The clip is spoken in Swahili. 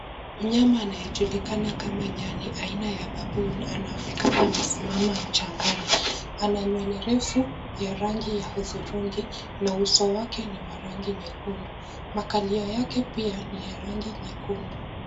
Mnyama anayejulikana kama nyani aina ya baboon anaonekana amesimama mchangani, ana nywele refu ya rangi ya hudhurungi na uso wake ni wa rangi nyekundu, makalio yake pia ni ya rangi nyekundu.